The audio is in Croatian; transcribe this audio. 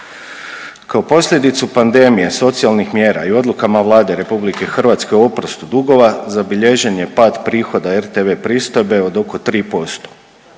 Kao posljedicu pandemije, socijalnih mjera i odlukama Vlade RH o oprostu dugova zabilježen je pad prihoda RTV pristojbe od oko 3%.